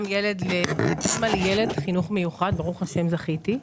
גם אימא לילד חינוך מיוחד ברוך השם זכיתי,